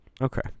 Okay